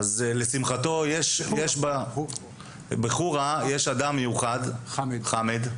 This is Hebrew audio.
בחורה, יש אדם מיוחד, חמד,